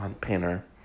painter